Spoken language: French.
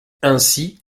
ainsi